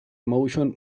motion